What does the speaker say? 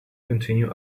continue